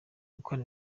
gukora